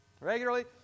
Regularly